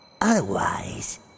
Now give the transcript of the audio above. Otherwise